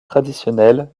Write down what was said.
traditionnelles